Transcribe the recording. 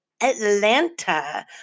Atlanta